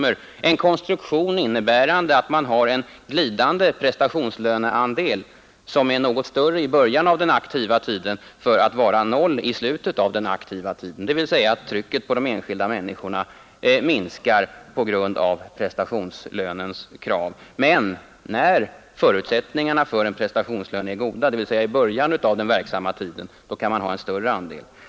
Man kan t.ex. ha en konstruktion innebärande att man har en glidande prestationslöneandel som är stor i början av den aktiva tiden och noll i slutet av den yrkesverksamma perioden. Då minskar trycket på de enskilda människorna på grund av prestationslönens krav. Men när förutsättningar för en prestationslön är goda, dvs. i början av den verksamma tiden, kan man ha en större andel.